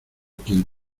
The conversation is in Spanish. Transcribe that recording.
quien